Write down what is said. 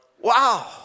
wow